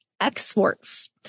exports